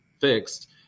fixed